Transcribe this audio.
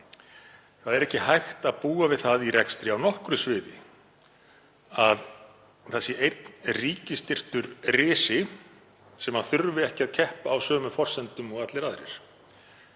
Það er ekki hægt að búa við það í rekstri á nokkru sviði að það sé einn ríkisstyrktur risi sem þurfi ekki að keppa á sömu forsendum og allir aðrir.